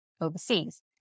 overseas